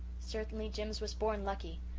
certainly jims was born lucky.